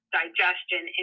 digestion